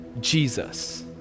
Jesus